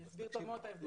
אני אסביר את ההבדל.